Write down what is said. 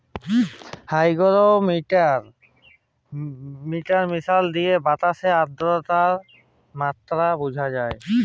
hygrometer মিশিল দিঁয়ে বাতাসের আদ্রতার মাত্রা বুঝা হ্যয়